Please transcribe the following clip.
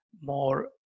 more